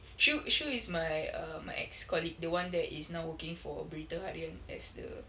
shu shu is my err my ex-colleague the one that is now working for berita harian as the